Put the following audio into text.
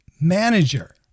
manager